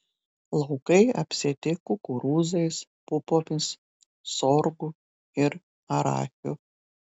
laukai apsėti kukurūzais pupomis sorgu ir arachiu